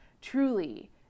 truly